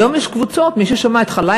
היום יש קבוצות, מי ששמע את ח'לאילה,